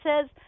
says